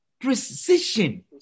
precision